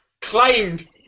Claimed